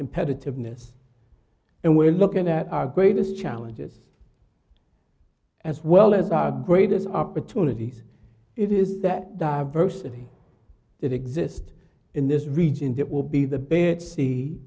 competitiveness and we'll look at our greatest challenges as well as our greatest opportunities it is that diversity that exist in this region that will be the best see